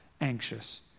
anxious